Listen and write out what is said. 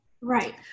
Right